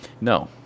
No